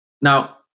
Now